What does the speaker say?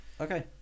Okay